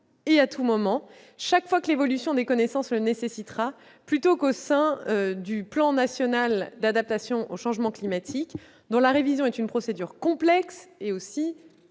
et à tout moment, chaque fois que l'évolution des connaissances le nécessitera, plutôt qu'au sein du Plan national d'adaptation au changement climatique, dont la révision suit une procédure complexe et